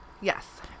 Yes